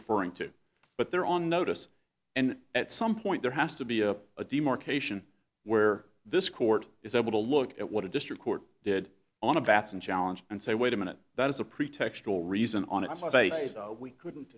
referring to but they're on notice and at some point there has to be a a demarcation where this court is able to look at what a district court did on a batson challenge and say wait a minute that is a pretextual reason on its face we couldn't